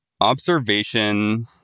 observation